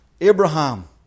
Abraham